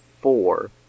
four